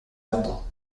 vendre